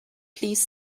please